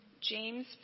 James